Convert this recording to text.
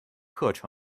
课程